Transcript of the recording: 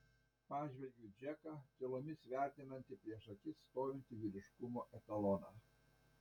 pažvelgiu į džeką tylomis vertinantį prieš akis stovintį vyriškumo etaloną